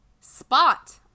spot